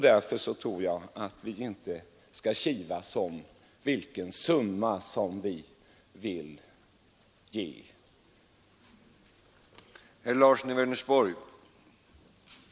Därför tror jag att vi inte skall kivas om vilken summa vi vill ge.